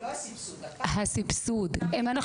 ואם אנחנו